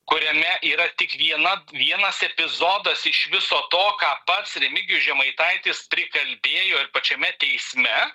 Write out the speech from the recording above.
kuriame yra tik viena vienas epizodas iš viso to ką pats remigijus žemaitaitis prikalbėjo ir pačiame teisme